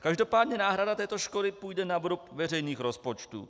Každopádně náhrada této škody půjde na vrub veřejných rozpočtů.